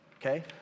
okay